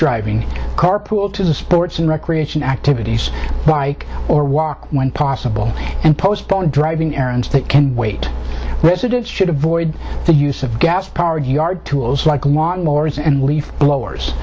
driving carpool to sports and recreation activities like or walk when possible and postpone driving errands that can wait residents should avoid the use of gas powered yard tools like lorries and leaf blowers